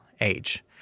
age